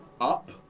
up